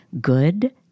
good